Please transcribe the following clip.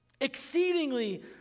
Exceedingly